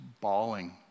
bawling